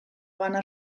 bana